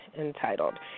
entitled